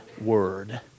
word